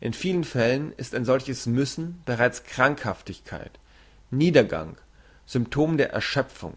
in vielen fällen ist ein solches müssen bereits krankhaftigkeit niedergang symptom der erschöpfung